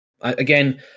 again